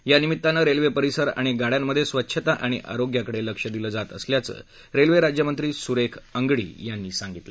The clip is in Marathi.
यानिमित्तानं रेल्वे परिसर आणि गाडयांमधे स्वच्छता आणि आरोग्याकडे लक्ष दिलं जात असल्याचं रेल्वे राज्यमंत्री सुरेख अंगडी यांनी सांगितलं